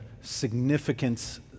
significance